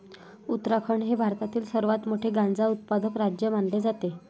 उत्तराखंड हे भारतातील सर्वात मोठे गांजा उत्पादक राज्य मानले जाते